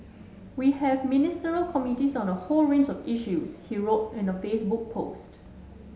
we have Ministerial Committees on a whole range of issues he wrote in a Facebook post